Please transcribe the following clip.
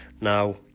Now